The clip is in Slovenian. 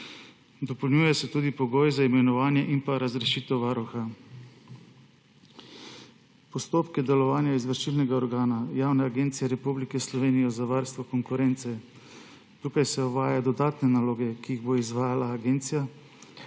Dopolnjujejo se tudi pogoji za imenovanje in razrešitev varuha, postopke delovanja izvršilnega organa Javne agencije Republike Slovenije za varstvo konkurence. Tukaj se uvaja dodatne naloge, ki jih bo izvajala agencija,